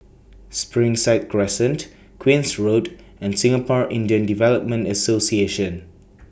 Springside Crescent Queen's Road and Singapore Indian Development Association